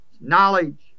knowledge